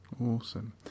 awesome